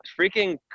freaking